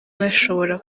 bashobora